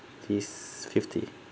fifths fifty